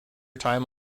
time